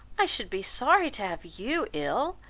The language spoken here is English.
i should be sorry to have you ill